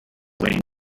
waiting